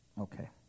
Okay